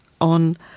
on